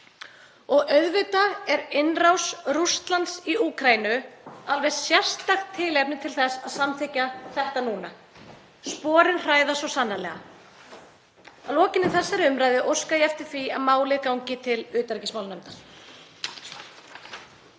Auðvitað er innrás Rússlands í Úkraínu alveg sérstakt tilefni til þess að samþykkja þetta núna. Sporin hræða svo sannarlega. Að lokinni þessari umræðu óska ég eftir því að málið gangi til utanríkismálanefndar.